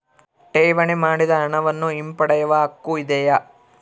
ಠೇವಣಿ ಮಾಡಿದ ಹಣವನ್ನು ಹಿಂಪಡೆಯವ ಹಕ್ಕು ಇದೆಯಾ?